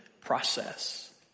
process